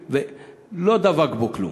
ולא דבק בו כלום,